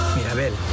Mirabel